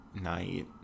Night